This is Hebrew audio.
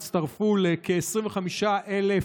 שהצטרפו לכ-25,000